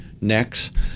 next